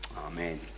Amen